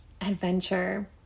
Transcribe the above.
adventure